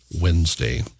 Wednesday